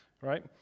right